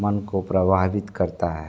मन को प्रभावित करता है